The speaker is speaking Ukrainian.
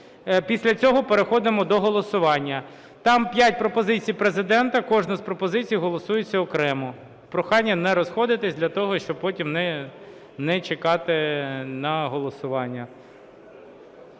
Після цього переходимо до голосування. Там п'ять пропозицій Президента. Кожна з пропозицій голосується окремо. Прохання не розходитись для того, щоб потім не чекати на голосування.